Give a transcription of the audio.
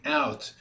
out